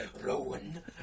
Rowan